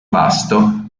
vasto